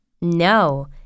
No